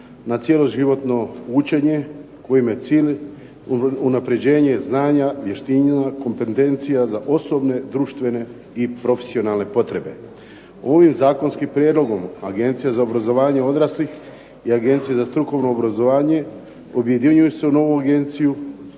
na cjeloživotno učenje kojem je cilj unapređenje znanja, vještina, kompetencija za osobne, društvene i profesionalne potrebe. Ovim zakonskim prijedlogom Agencija za obrazovanje odraslih i Agencija za strukovno obrazovanje objedinjuju se u novu agenciju,